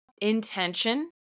intention